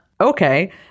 Okay